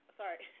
sorry